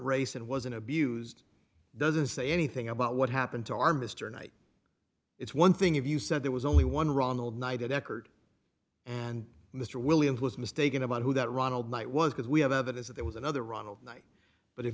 race and wasn't abused doesn't say anything about what happened to our mr knight it's one thing if you said there was only one ronald night at eckerd and mr williams was mistaken about who that ronald knight was because we have evidence that there was another ronald knight but if